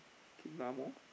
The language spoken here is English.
mall